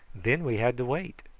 then we had to wait.